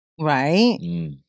Right